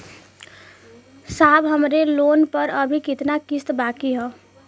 साहब हमरे लोन पर अभी कितना किस्त बाकी ह?